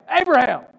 Abraham